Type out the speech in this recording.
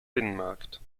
binnenmarkt